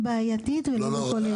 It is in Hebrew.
בעייתית ולא בכל מישור.